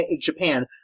Japan